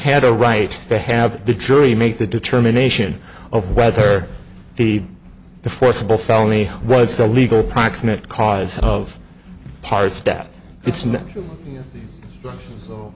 had a right to have the jury make the determination of whether the the forcible felony was illegal proximate cause of parts death it's